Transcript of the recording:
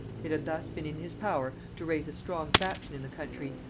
it had thus been in his power to raise a strong faction in the country,